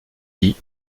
dis